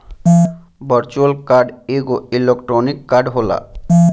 virtual card एगो electronic card होला